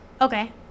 Okay